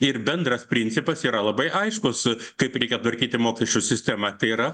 ir bendras principas yra labai aiškus kaip reikia tvarkyti mokesčių sistema tai yra